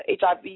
HIV